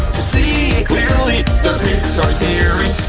to see clearly the pixar theory.